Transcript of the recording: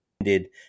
ended